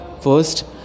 First